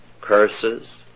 curses